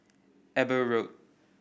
Eber Road